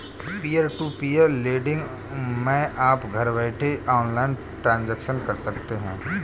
peer to peer lending मै आप घर बैठे ऑनलाइन ट्रांजेक्शन कर सकते है